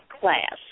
Class